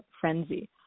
frenzy